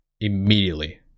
immediately